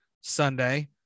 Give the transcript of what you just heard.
Sunday